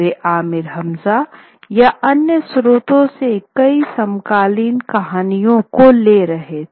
वे अमीर हमजा या अन्य स्रोतों से कई समकालीन कहानियों को ले रहे हैं